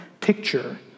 picture